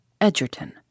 EDGERTON